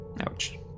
Ouch